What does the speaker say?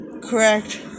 Correct